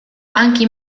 anche